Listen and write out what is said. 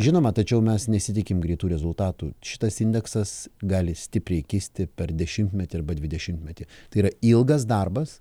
žinoma tačiau mes nesitikim greitų rezultatų šitas indeksas gali stipriai kisti per dešimtmetį arba dvidešimtmetį tai yra ilgas darbas